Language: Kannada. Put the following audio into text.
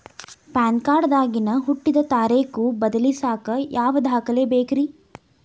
ಪ್ಯಾನ್ ಕಾರ್ಡ್ ದಾಗಿನ ಹುಟ್ಟಿದ ತಾರೇಖು ಬದಲಿಸಾಕ್ ಯಾವ ದಾಖಲೆ ಬೇಕ್ರಿ?